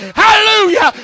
hallelujah